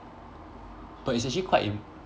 but it's actually quite im~